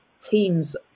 teams